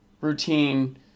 routine